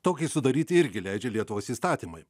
tokį sudaryti irgi leidžia lietuvos įstatymai